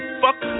fuck